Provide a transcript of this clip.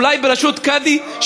אולי בראשות קאדי,